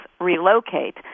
relocate